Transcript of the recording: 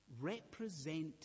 represent